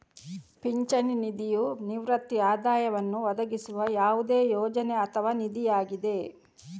ಪಿಂಚಣಿ ನಿಧಿಯು ನಿವೃತ್ತಿ ಆದಾಯವನ್ನು ಒದಗಿಸುವ ಯಾವುದೇ ಯೋಜನೆ ಅಥವಾ ನಿಧಿಯಾಗಿದೆ